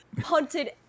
punted